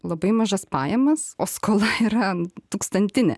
labai mažas pajamas o skola yra tūkstantinė